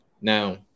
Now